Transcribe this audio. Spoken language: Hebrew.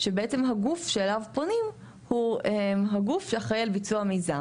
שבעצם שהגוף שאליו פונים הוא הגוך שאחראי על ביצוע המיזם